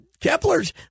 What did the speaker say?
Kepler's